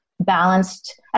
balanced